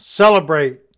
celebrate